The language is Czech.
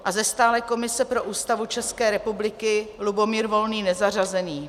A ze stálé komise pro Ústavu České republiky Lubomír Volný nezařazení.